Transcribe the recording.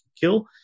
kill